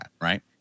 right